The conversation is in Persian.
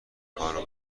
کارو